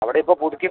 അവിടെ ഇപ്പം പുതുക്കി